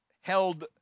held